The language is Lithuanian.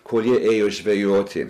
kol jie ėjo žvejoti